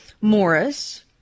Morris